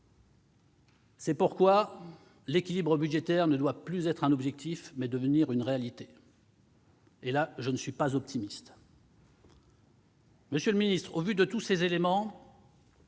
raison pour laquelle l'équilibre budgétaire ne doit plus être un objectif, mais devenir une réalité. Et là, je ne suis pas optimiste ! Monsieur le ministre, au vu de tous ces éléments,